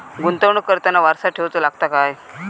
गुंतवणूक करताना वारसा ठेवचो लागता काय?